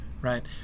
right